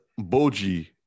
Boji